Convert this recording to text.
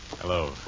Hello